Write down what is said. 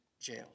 jail